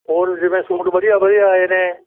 ਹੋਰ ਜਿਵੇਂ ਸੂਟ ਵਧੀਆ ਵਧੀਆ ਆਏ ਨੇ